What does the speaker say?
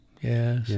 yes